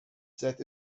set